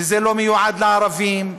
וזה לא מיועד לערבים,